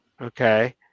Okay